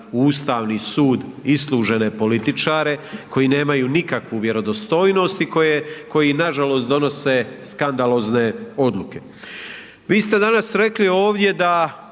Ustavni sud islužene političare koji nemaju nikakvu vjerodostojnost i koji nažalost donose skandalozne odluke. Vi ste danas rekli ovdje da